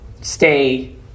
stay